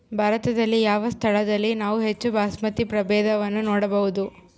ಭಾರತದಲ್ಲಿ ಯಾವ ಸ್ಥಳದಲ್ಲಿ ನಾವು ಹೆಚ್ಚು ಬಾಸ್ಮತಿ ಪ್ರಭೇದವನ್ನು ನೋಡಬಹುದು?